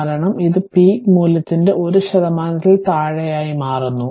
കാരണം ഇത് പീക്ക് മൂല്യത്തിന്റെ 1 ശതമാനത്തിൽ താഴെ ആയി മാറുന്നു